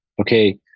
Okay